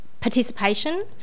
participation